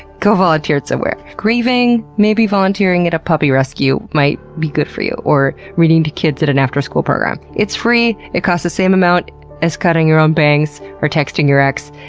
go volunteer somewhere. grieving? maybe volunteering at a puppy rescue might be good for you or reading to kids at an after-school program. it's free. it costs the same amount as cutting your own bangs or texting your ex.